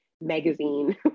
magazine